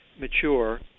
mature